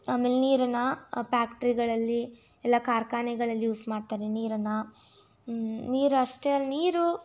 ಆಮೇಲೆ ನೀರನ್ನು ಪ್ಯಾಕ್ಟ್ರಿಗಳಲ್ಲಿ ಎಲ್ಲ ಕಾರ್ಖಾನೆಗಳಲ್ಲಿ ಯೂಸ್ ಮಾಡ್ತಾರೆ ನೀರನ್ನು ನೀರು ಅಷ್ಟೇ ನೀರು